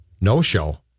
no-show